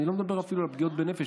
אני לא מדבר אפילו על פגיעות בנפש,